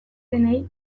denei